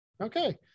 Okay